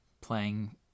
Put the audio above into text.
playing